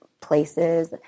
places